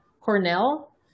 Cornell